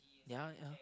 ya ya